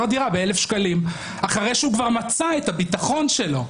הדירה ב-1,000 שקלים אחרי שהוא כבר מצא את הביטחון שלו.